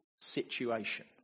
situation